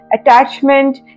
attachment